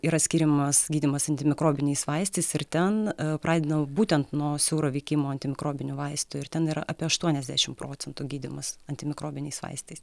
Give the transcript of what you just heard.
yra skiriamas gydymas antimikrobiniais vaistais ir ten pradedama būtent nuo siauro veikimo antimikrobinių vaistų ir ten yra apie aštuoniasdešim procentų gydymas antimikrobiniais vaistais